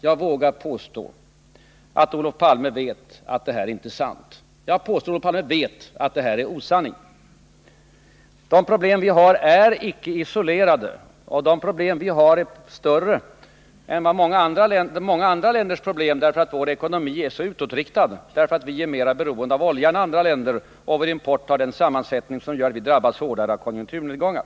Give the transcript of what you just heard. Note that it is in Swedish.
Jag vågar påstå, fru talman, att Olof Palme vet att detta är osanning. De problem vi har i Sverige är icke isolerade, och de är större än problemen i många andra länder, eftersom vår ekonomi är så utåtriktad. Vi är mera beroende av olja än de flesta andra länder. Vår import har en sammansättning som gör att vårt land drabbas hårdare än andra vid konjunkturnedgångar.